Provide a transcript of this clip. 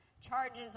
Charges